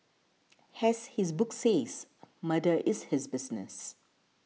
has his book says Murder is his business